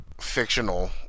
fictional